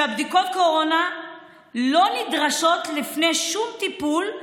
שבדיקות הקורונה לא נדרשות לפני שום טיפול,